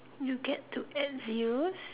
you get to add zeros